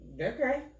Okay